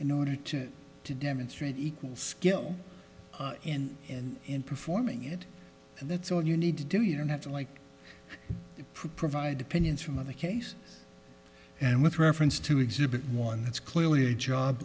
in order to to demonstrate equal skill in and in performing it and that's all you need to do you don't have to like provide opinions from other case and with reference to exhibit one it's clearly a job